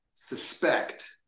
suspect